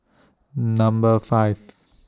Number five